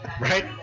right